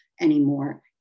anymore